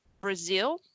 Brazil